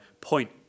point